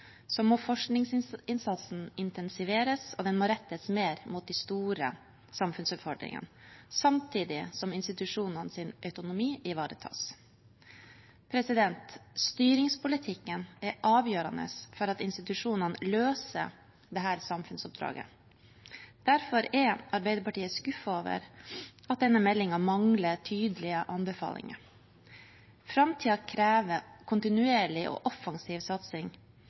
må forskningsinnsatsen intensiveres, og den må rettes mer mot de store samfunnsutfordringene, samtidig som institusjonenes autonomi ivaretas. Styringspolitikken er avgjørende for at institusjonene løser dette samfunnsoppdraget. Derfor er Arbeiderpartiet skuffet over at denne meldingen mangler tydelige anbefalinger. Framtiden krever kontinuerlig og offensiv satsing